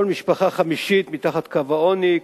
כל משפחה חמישית מתחת קו העוני,